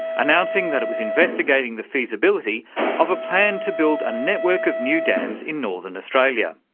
announcing that it was investigating the feasibility of a plan to build a network of new dams in northern australia.